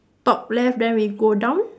top left then we go down